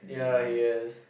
ya i guess